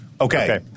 Okay